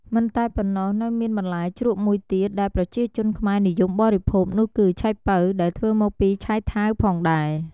មិនតែប៉ុណ្ណោះនៅមានបន្លែជ្រក់មួយទៀតដែលប្រជាជនខ្មែរនិយមបរិភោគនោះគឺ ឆៃប៉ូវ ដែលធ្វេីមកពីឆៃថាវផងដែរ។